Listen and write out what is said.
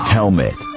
Helmet